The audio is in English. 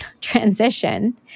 transition